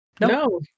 no